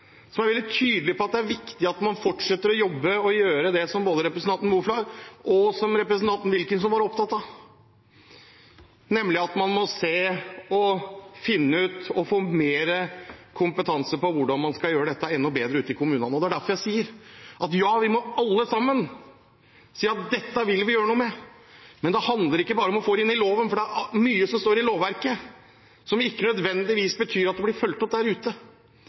veldig tydelig på at det er viktig at man fortsetter å jobbe og gjøre det som både representanten Moflag og representanten Wilkinson var opptatt av, nemlig å få mer kompetanse om hvordan man kan gjøre dette enda bedre ute i kommunene. Det er derfor jeg sier: Ja, vi må alle sammen si at dette vil vi gjøre noe med, men det handler ikke bare om å få det inn i loven, for det er mye som står i lovverket uten at det nødvendigvis betyr at det blir fulgt opp der ute.